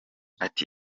ati